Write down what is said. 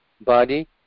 body